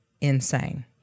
insane